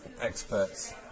experts